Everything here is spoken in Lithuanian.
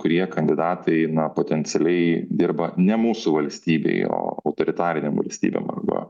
kurie kandidatai na potencialiai dirba ne mūsų valstybei o autoritarinėm valstybėm arba